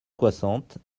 soixante